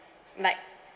like